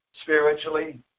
spiritually